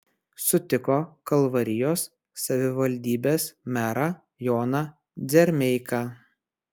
sutiko kalvarijos savivaldybės merą joną dzermeiką